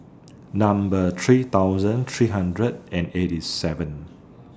Number three thousand three hundred and eighty seven